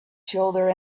shoulder